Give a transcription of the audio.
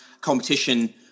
competition